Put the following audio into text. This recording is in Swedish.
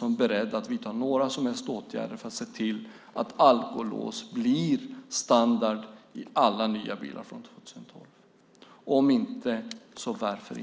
hon är beredd att vidta några som helst åtgärder för att se till att alkolås blir standard i alla nya bilar från 2012. Om inte, varför?